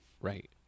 Right